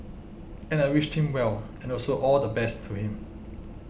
and I wished him well and also all the best to him